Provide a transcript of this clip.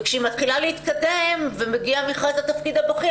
וכשהיא מתחילה להתקדם ומגיע מכרז לתפקיד הבכיר